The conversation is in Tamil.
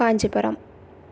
காஞ்சிபுரம்